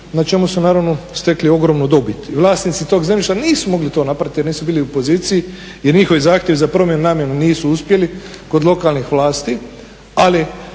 na čemu su stekli ogromnu dobit. I vlasnici tog zemljišta nisu mogli to napraviti jer nisu bili u poziciji jer njihov zahtjev za promjenu namjene nisu uspjeli kod lokalnih vlasti, ali